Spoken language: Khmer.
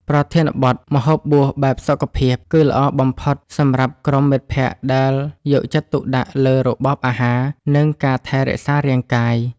ប្រធានបទ ម្ហូបបួសបែបសុខភាព គឺល្អបំផុតសម្រាប់ក្រុមមិត្តភក្តិដែលយកចិត្តទុកដាក់លើរបបអាហារ និងការថែរក្សារាងកាយ។